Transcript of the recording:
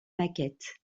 maquette